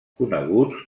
coneguts